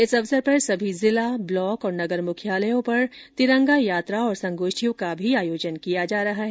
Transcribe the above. इस अवसर पर सभी जिला ब्लॉक और नगर मुख्यालयों पर तिरंगा यात्रा और संगोष्ठियों का भी आयोजन किया जा रहा है